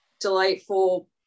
delightful